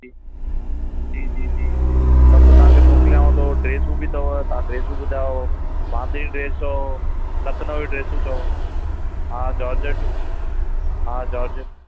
जी जी जी जी सभु तव्हां खे मोकिलियांव थो ड्रेसूं बि अथव तव्हां ड्रेसूं ॿुधायो मालदीव ड्रेसो लखनवी ड्रेसूं चओ हा जोर्जट जी हा जोर्जट